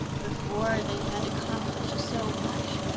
before they had accomplished so much,